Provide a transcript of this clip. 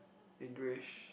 English